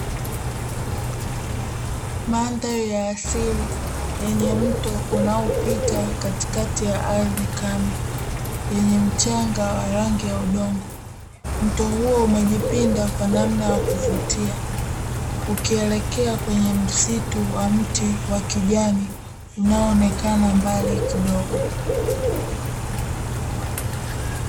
Mandhari ya asili yenye mto unaopita katikati ya ardhi kame yenye mchanga wa rangi ya udongo, mto huo umejipinda kwa namna ya kuvutia ukielekea kwenye msitu wa mti wa kijani unaoonekna mbali kidogo.